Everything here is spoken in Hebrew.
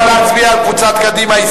נא להצביע על הסתייגות קבוצת קדימה.